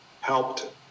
helped